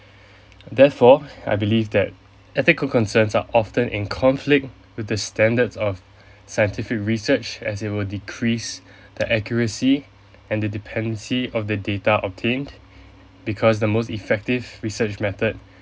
therefore I believe that ethical concerns are often in conflict with the standard of scientific research as it will decrease the accuracy and the dependency of the data obtained because the most effective research method